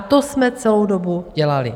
To jsme celou dobu dělali.